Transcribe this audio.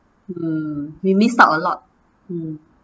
mm we missed out a lot